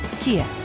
Kia